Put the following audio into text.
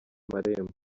marembo